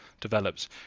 develops